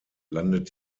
landet